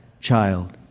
child